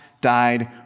died